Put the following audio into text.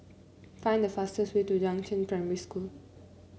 find the fastest way to Yangzheng Primary School